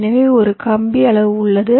எனவே ஒரு கம்பி அளவு உள்ளது